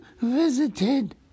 visited